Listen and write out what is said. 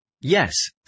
Yes